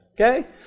okay